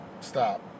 stop